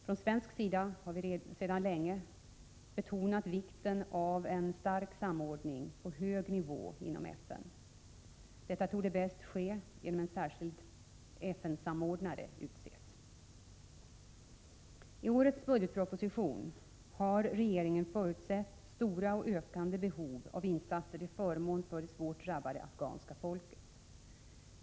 Från svensk sida har vi sedan länge betonat vikten av en stark samordning på hög nivå inom FN. Detta torde bäst ske genom att en särskild FN-samordnare utses. förutsett stora och ökande behov av insatser till förmån för det svårt drabbade afghanska folket.